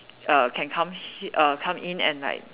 err can come he~ err come in and like